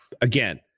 Again